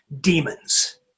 demons